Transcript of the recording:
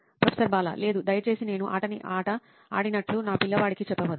professor Bala లేదు దయచేసి నేను అతని ఆట ఆడినట్లు నా పిల్లవాడికి చెప్పవద్దు